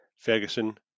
Ferguson